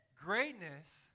Greatness